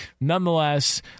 nonetheless